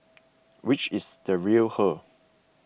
which is the real her